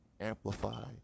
amplify